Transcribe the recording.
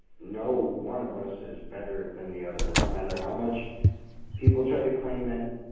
no one of us is better than the other, no matter how much people try to claim it